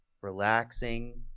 relaxing